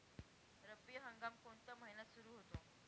रब्बी हंगाम कोणत्या महिन्यात सुरु होतो?